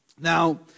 Now